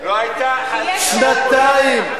שנתיים,